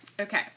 okay